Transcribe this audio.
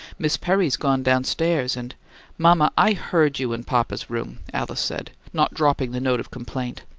miss perry's gone downstairs, and mama, i heard you in papa's room, alice said, not dropping the note of complaint.